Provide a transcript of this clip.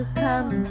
come